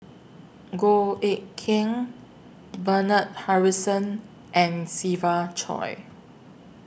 Goh Eck Kheng Bernard Harrison and Siva Choy